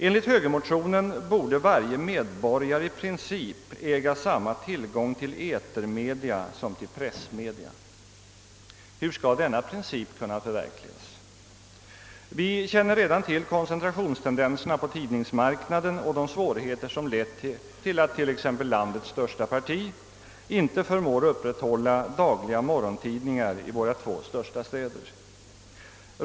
Enligt högermotionen borde varje medborgare i princip äga samma tillgång till etermedia som till pressmedia. Hur skall denna princip kunna förverkligas? Vi känner redan till koncentrationstendenserna på =<tidningsmarknaden och de svårigheter som lett till att t.ex. landets största parti inte förmår upprätthålla dagliga morgontidningar i våra två största städer.